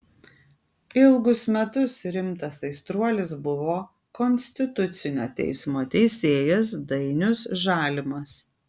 ilgus metus rimtas aistruolis buvo konstitucinio teismo teisėjas dainius žalimas